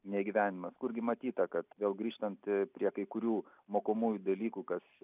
neįgyvendinamas kurgi matyta kad vėl grįžtant prie kai kurių mokomųjų dalykų kas